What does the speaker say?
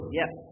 yes